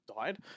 died